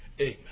Amen